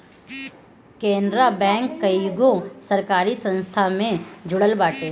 Canara bank कईगो सरकारी संस्था से जुड़ल बाटे